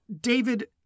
David